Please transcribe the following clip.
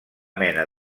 mena